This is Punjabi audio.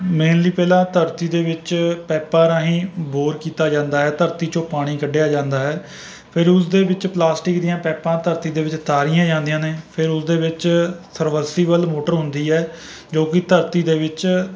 ਮੇਨਲੀ ਪਹਿਲਾਂ ਧਰਤੀ ਦੇ ਵਿੱਚ ਪਾਈਪਾਂ ਰਾਹੀਂ ਬੋਰ ਕੀਤਾ ਜਾਂਦਾ ਹੈ ਧਰਤੀ ਵਿੱਚੋਂ ਪਾਣੀ ਕੱਢਿਆ ਜਾਂਦਾ ਹੈ ਫ਼ਿਰ ਉਸ ਦੇ ਵਿੱਚ ਪਲਾਸਟਿਕ ਦੀਆਂ ਪਾਈਪਾਂ ਧਰਤੀ ਦੇ ਵਿੱਚ ਉਤਾਰੀਆਂ ਜਾਂਦੀਆਂ ਨੇ ਫਿਰ ਉਸ ਦੇ ਵਿੱਚ ਸਮਬਰਸੀਬਲ ਮੋਟਰ ਹੁੰਦੀ ਹੈ ਜੋ ਕਿ ਧਰਤੀ ਦੇ ਵਿੱਚ